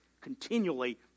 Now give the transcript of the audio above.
continually